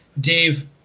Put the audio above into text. Dave